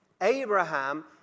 Abraham